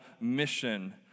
mission